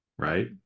Right